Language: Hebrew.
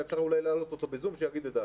אפשר אולי להעלות אותו בזום שיגיד את דעתו.